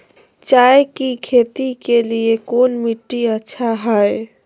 चाय की खेती के लिए कौन मिट्टी अच्छा हाय?